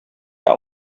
der